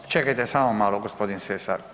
A, čekajte samo malo gospodin Sesa.